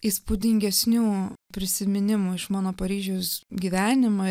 įspūdingesnių prisiminimų iš mano paryžius gyvenimą